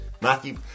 Matthew